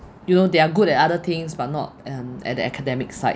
you know they are good at other things but not um at the academic side